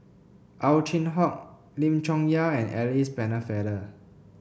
Ow Chin Hock Lim Chong Yah and Alice Pennefather